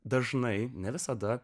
dažnai ne visada